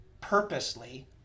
purposely